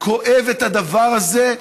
כואב את הדבר הזה,